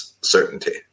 certainty